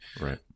right